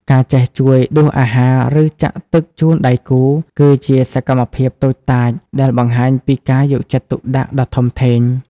ការចេះជួយដួសអាហារ ឬចាក់ទឹកជូនដៃគូ គឺជាសកម្មភាពតូចតាចដែលបង្ហាញពីការយកចិត្តទុកដាក់ដ៏ធំធេង។